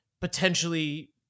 potentially